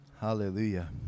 hallelujah